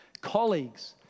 colleagues